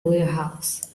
warehouse